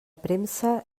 premsa